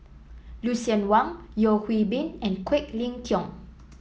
Lucien Wang Yeo Hwee Bin and Quek Ling Kiong